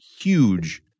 huge